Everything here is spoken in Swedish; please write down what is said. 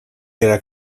era